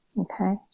Okay